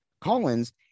Collins